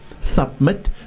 submit